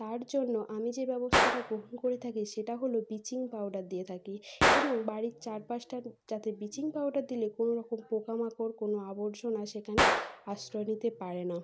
তার জন্য আমি যে ব্যবস্থাটা গ্রহণ করে থাকি সেটা হল ব্লিচিং পাউডার দিয়ে থাকি এবং বাড়ির চারপাশটার যাতে ব্লিচিং পাউডার দিলে কোনো রকম পোকামাকড় কোনো আবর্জনা সেখানে আশ্রয় নিতে পারে না